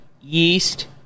yeast